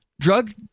drug